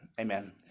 Amen